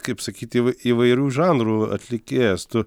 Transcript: kaip sakyt įv įvairių žanrų atlikėjas tu